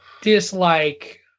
dislike